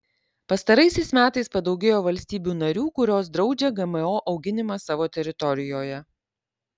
pastaraisiais metais padaugėjo valstybių narių kurios draudžia gmo auginimą savo teritorijoje